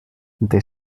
they